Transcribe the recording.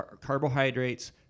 carbohydrates